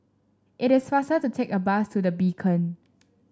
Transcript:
it is faster to take a bus to The Beacon